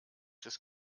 des